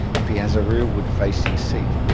if he has a rearward facing seat,